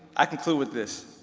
i conclude with this.